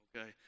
okay